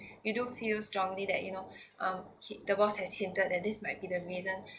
you do feel strongly that you know um he the boss has hinted that this might be the reason